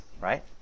right